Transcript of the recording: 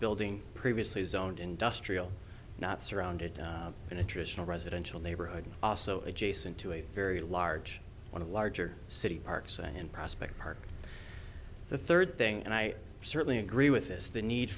building previously zoned industrial not surrounded in attritional residential neighborhood also adjacent to a very large one of the larger city parks and prospect park the third thing and i certainly agree with this the need